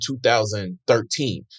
2013